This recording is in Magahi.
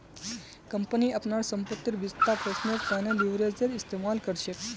कंपनी अपनार संपत्तिर वित्तपोषनेर त न लीवरेजेर इस्तमाल कर छेक